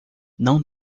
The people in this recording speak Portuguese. não